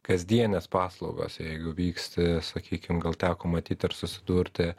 kasdienės paslaugos jeigu vyksti sakykim gal teko matyti ar susidurti